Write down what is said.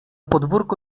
podwórko